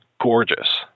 gorgeous